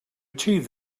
achieve